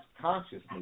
consciousness